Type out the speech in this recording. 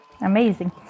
amazing